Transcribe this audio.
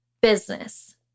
business